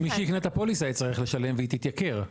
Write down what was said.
מי שיקנה את הפוליסה יצטרך לשלם, והיא תתייקר.